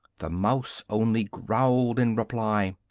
the mouse only growled in reply.